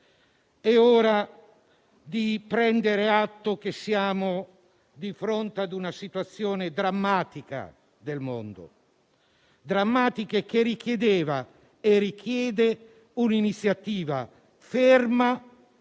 è ora di prendere atto che siamo di fronte ad una situazione drammatica del mondo, che richiedeva e richiede un'iniziativa ferma